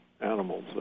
animals